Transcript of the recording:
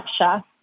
Russia